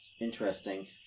Interesting